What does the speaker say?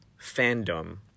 fandom